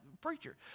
preacher